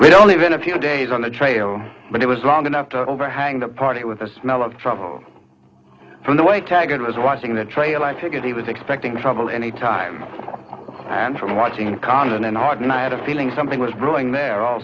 we'd only been a few days on the trail but it was long enough to overhang the party with the smell of trouble from the way taggert was watching the trail i figured he was expecting trouble any time and from watching condon and harden i had a feeling something was brewing there al